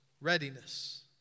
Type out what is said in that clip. readiness